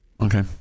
okay